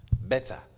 better